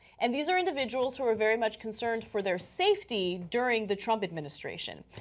and these are individuals who are very much concerned for their safety during the trump administration.